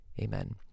Amen